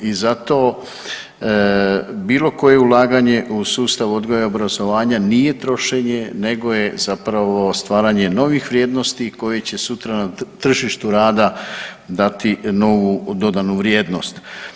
I zato bilo koje ulaganje u sustav odgoja i obrazovanja nije trošenje nego je zapravo stvaranje novih vrijednosti koje će sutra tržištu rada dati novu dodanu vrijednost.